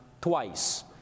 twice